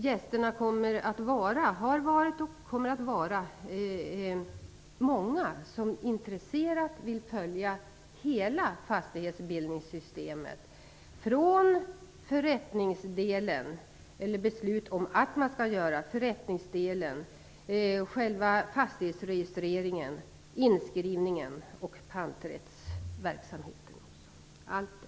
Gästerna har varit och kommer att vara många som intresserat vill följa hela fastighetsbildningssystemet från beslutet om förrättning, själva fastighetsregistreringen, inskrivningen och till panträttsverksamheten.